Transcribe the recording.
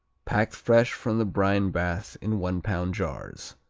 packed fresh from the brine bath in one-pound jars.